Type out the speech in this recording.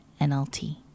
NLT